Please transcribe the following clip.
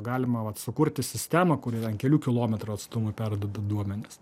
galima vat sukurti sistemą kuri ant kelių kilometrų atstumu perduoda duomenis